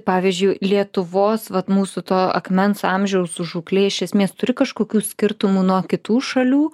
pavyzdžiui lietuvos vat mūsų to akmens amžiaus žūklė iš esmės turi kažkokių skirtumų nuo kitų šalių